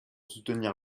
soutenir